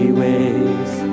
ways